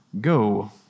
Go